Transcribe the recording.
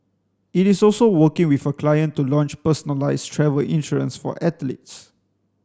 it is also working with a client to launch personalised travel insurance for athletes